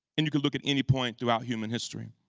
and you can look at any point throughout human history.